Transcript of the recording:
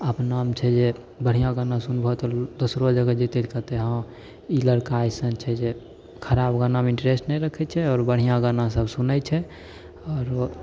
आ अपनामे छै जे बढ़िआँ गाना सुनबहो तऽ दोसरो जगह जेतै तऽ कहतै हँ ई लड़का अइसन छै जे खराब गानामे इन्ट्रेस्ट नहि रखैत छै आओर बढ़िआँ गाना सब सुनैत छै आओर